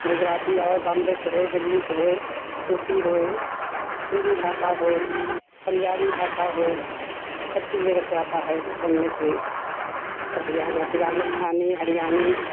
गुजराती आवे बॉम्बे के होये दिल्ली के होये उ पी होये हिन्दी भाषा होये पंजाबी भाषा होये सब चीज़ मेरे को आता हैं बोलने के लिए समज आ जाता हैं राजस्थानी हरयाणवी